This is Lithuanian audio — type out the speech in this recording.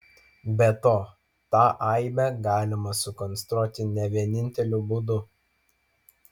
be to tą aibę galima sukonstruoti ne vieninteliu būdu